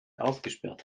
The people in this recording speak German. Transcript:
ausgesperrt